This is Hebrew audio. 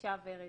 בבקשה ורד.